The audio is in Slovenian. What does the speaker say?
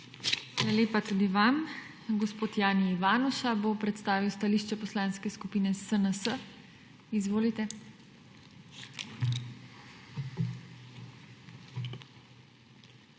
lepa tudi vam. Gospod Jani Ivanuša bo predstavil stališče Poslanske skupine SNS. Izvolite.